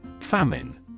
Famine